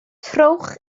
trowch